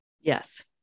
Yes